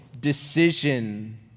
decision